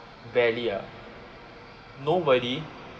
barely ah nobody